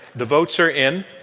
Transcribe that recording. the votes are in.